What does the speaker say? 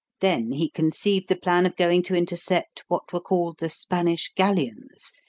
then he conceived the plan of going to intercept what were called the spanish galleons,